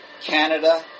Canada